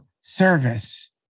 service